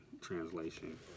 Translation